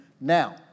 now